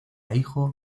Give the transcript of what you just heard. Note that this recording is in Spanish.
hijo